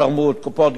קופות גמל,